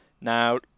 Now